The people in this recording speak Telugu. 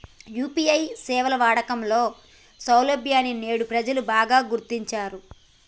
యూ.పీ.ఐ సేవల వాడకంలో సౌలభ్యాన్ని నేడు ప్రజలు బాగా గుర్తించారు